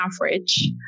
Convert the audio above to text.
average